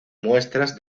muestras